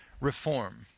reform